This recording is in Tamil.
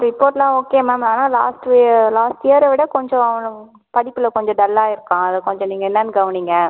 ரிப்போர்ட்லாம் ஓகே மேம் ஆனால் லாஸ்ட் லாஸ்ட் இயரை விட கொஞ்சம் படிப்பில் கொஞ்சம் டல் ஆகியிருக்கான் அதை கொஞ்சம் நீங்கள் என்னென்னு கவனியுங்க